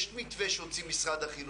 יש מתווה שהוציא משרד החינוך.